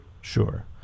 Sure